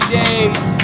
days